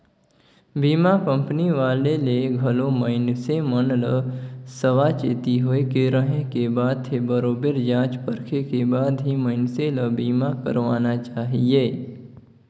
बीमा कंपनी वाले ले घलो मइनसे मन ल सावाचेती होय के रहें के बात हे बरोबेर जॉच परखे के बाद ही मइनसे ल बीमा करवाना चाहिये